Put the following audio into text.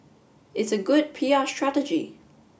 it's a good P R strategy